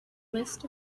list